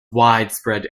widespread